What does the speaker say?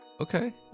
okay